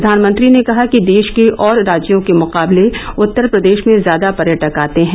प्रधानमंत्री ने कहा कि देश के और राज्यों के मुकाबले उत्तर प्रदेश में ज्यादा पर्यटक आते हैं